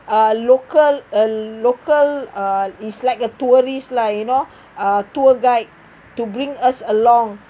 uh local a local uh it's like a tourist lah you know uh tour guide to bring us along